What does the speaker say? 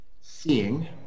seeing